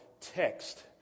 text